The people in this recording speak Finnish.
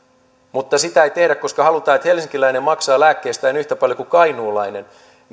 niin sitä ei tehdä koska halutaan että helsinkiläinen maksaa lääkkeistään yhtä paljon kuin kainuulainen